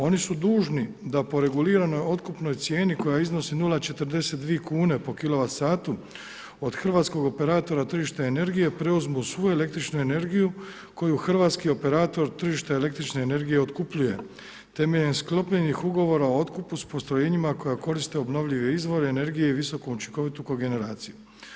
Oni su dužni da po reguliranoj otkupnoj cijeni koja iznosi 0,42 kune po kilovat satu od hrvatskog operatora tržišta energije preuzmu svu električnu energiju koju hrvatski operator tržišta električne energije otkupljuje temeljem sklopljenih ugovora o otkupu s postrojenjima koja koriste obnovljive izvore energije i visoko učinkovitu kogeneraciju.